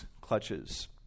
clutches